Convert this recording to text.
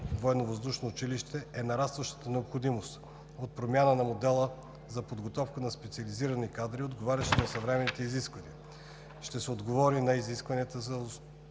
военновъздушно училище е нарастващата необходимост от промяна на модела за подготовка на специализирани кадри, отговарящи на съвременните изисквания. Ще се отговори на изискванията за